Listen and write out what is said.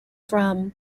from